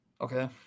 Okay